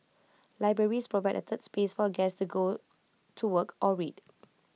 libraries provide A third space for A guest to go to work or read